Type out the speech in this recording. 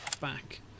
back